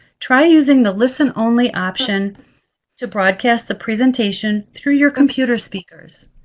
try using the listen only option to broadcast the presentation through your computer speakers.